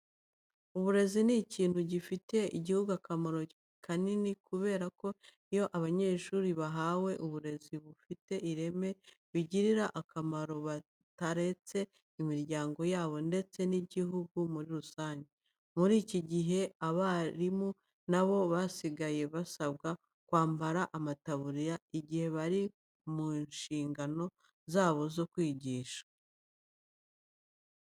Uburezi ni ikintu gifitiye igihugu akamaro kanini kubera ko iyo abanyeshuri bahawe uburezi bufite ireme bigirira akamaro bataretse imiryango yabo ndetse n'igihugu muri rusange. Muri iki gihe abarimu na bo basigaye basabwa kwambara amataburiya igihe bari mu nshingano zabo zo kwigisha.